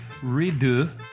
redo